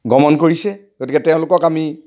গমণ কৰিছে গতিকে তেওঁলোকক আমি